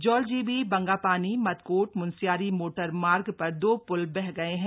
जौलजीबी बंगापानी मदकोट मुनस्यारी मोटरमार्ग पर दो पुल बह गये हैं